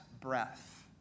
breath